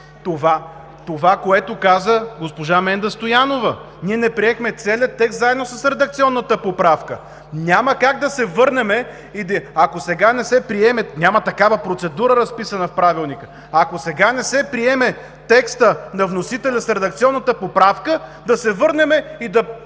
…това, което каза госпожа Менда Стоянова – ние не приехме целия текст заедно с редакционната поправка. Няма как да се върнем! Няма